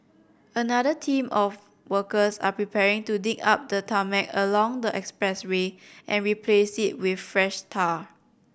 another team of workers are preparing to dig up the tarmac along the expressway and replace it with fresh tar